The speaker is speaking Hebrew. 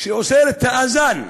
את האד'אן,